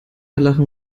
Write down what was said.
lachen